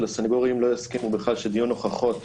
הסנגורים לא יסכימו בכלל שדיון הוכחות,